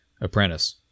apprentice